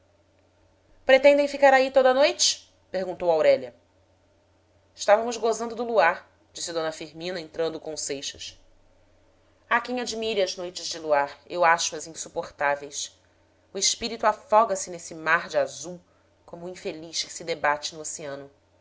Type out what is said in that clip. pretendem ficar aí toda noite perguntou aurélia estávamos gozando do luar disse d firmina entrando com seixas há quem admire as noites de luar eu acho as insuportáveis o espírito afoga se nesse mar de azul como o infeliz que se debate no oceano